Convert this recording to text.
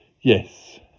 yes